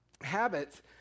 Habits